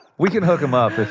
we can hook him up if